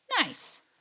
Nice